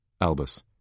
Albus